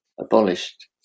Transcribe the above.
abolished